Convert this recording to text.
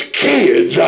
kids